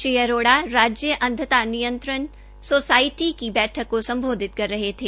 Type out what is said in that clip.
श्री अरोड़ा राज्य अंधता नियंत्रण सोसायटी की बैठक को सम्बोधित कर रहे थे